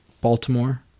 baltimore